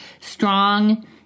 strong